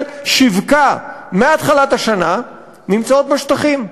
שיווקה מהתחלת השנה נמצאות בשטחים.